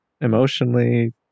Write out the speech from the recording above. emotionally